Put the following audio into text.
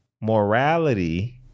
morality